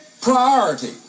priority